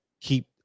keep